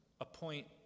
appoint